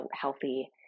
healthy